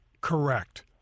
correct